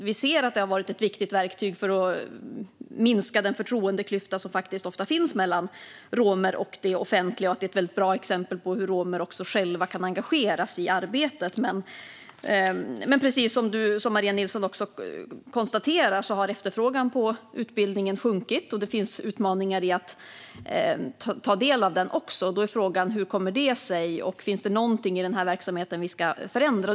Vi ser att den har varit ett viktigt verktyg för att minska den förtroendeklyfta som faktiskt ofta finns mellan romer och det offentliga och att den är ett väldigt bra exempel på hur romer själva kan engageras i arbetet. Men precis som Maria Nilsson konstaterar har efterfrågan på utbildningen sjunkit, och det finns utmaningar i att ta del av den. Då är frågan: Hur kommer det sig? Finns det någonting i verksamheten som vi ska förändra?